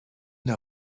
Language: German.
der